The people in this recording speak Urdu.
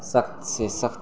سخت سے سخت